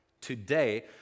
today